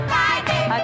Friday